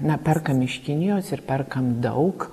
na perkam iš kinijos ir perkam daug